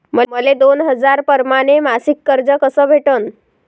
मले दोन हजार परमाने मासिक कर्ज कस भेटन?